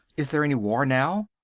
is there any war now?